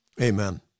Amen